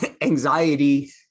anxiety